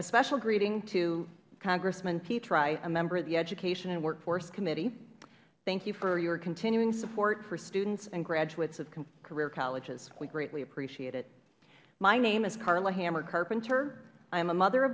a special greeting to congressman petri a member of the education and workforce committee thank you for your continuing support for students and graduate of career colleges we greatly appreciate it my name is karla hammer carpenter i am a mother